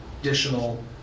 additional